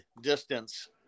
distance